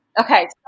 okay